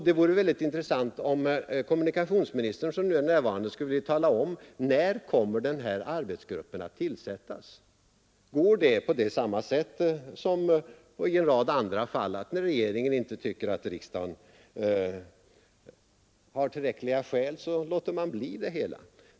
Det vore intressant om kommunikationsministern, som nu är närvarande, kunde tala om när denna arbetsgrupp kommer att tillsättas. Blir det som i en rad andra fall att regeringen tycker att riksdagen inte har tillräckliga skäl och därför bara låter bli det hela.